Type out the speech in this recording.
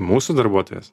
mūsų darbuotojas